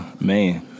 Man